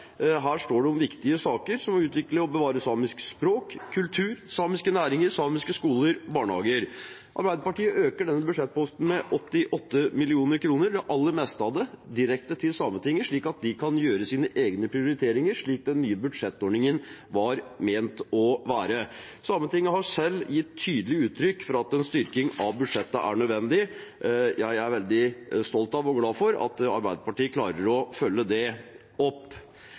Her står det om viktige saker, som å utvikle og bevare samisk språk, kultur, samiske næringer, samiske skoler og barnehager. Arbeiderpartiet øker denne budsjettposten med 88 mill. kr, det aller meste av det direkte til Sametinget, slik at de kan gjøre sine egne prioriteringer, slik den nye budsjettordningen var ment å være. Sametinget har selv gitt tydelig uttrykk for at en styrking av budsjettet er nødvendig. Jeg er veldig stolt av og glad for at Arbeiderpartiet klarer å følge det opp.